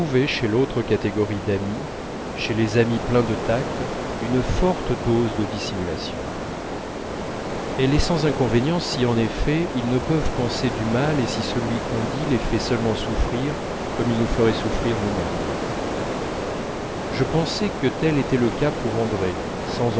chez l'autre catégorie d'amis chez les amis pleins de tact une forte dose de dissimulation elle est sans inconvénient si en effet ils ne peuvent penser du mal et si celui qu'on dit les fait seulement souffrir comme il nous ferait souffrir nous-mêmes je pensais que tel était le cas pour andrée sans